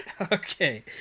Okay